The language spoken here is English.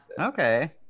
okay